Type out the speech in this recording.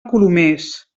colomers